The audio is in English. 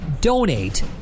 donate